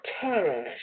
terror